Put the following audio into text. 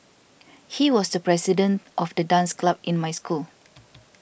he was the president of the dance club in my school